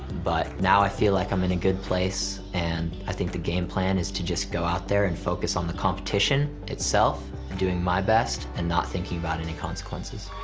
but now i feel like i'm in a good place. and i think the game plan is to just go out there and focus on the competition itself, doing my best, and not thinking about any consequences.